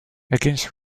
against